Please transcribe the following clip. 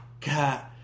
god